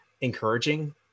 encouraging